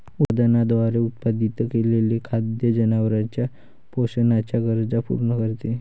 उत्पादनाद्वारे उत्पादित केलेले खाद्य जनावरांच्या पोषणाच्या गरजा पूर्ण करते